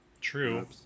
True